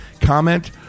comment